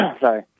sorry